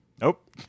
Nope